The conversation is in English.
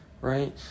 right